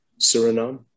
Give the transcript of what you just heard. Suriname